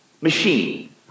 machine